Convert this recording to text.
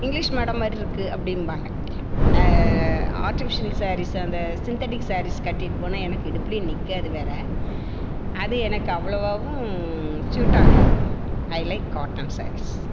English மேடம்மாதிரி இருக்கு அப்படின்பாங்க ஆர்டிஃபிசியல் சாரீஸ் அந்த சிந்தடிக் சாரீஸ் கட்டிகிட்டு போனால் எனக்கு இடுப்புல நிற்காது வேறு அது எனக்கு அவ்ளோவாகவும் சூட் ஆகாது ஐ லைக் காட்டன் சாரீஸ்